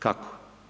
Kako?